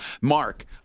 Mark